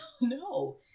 no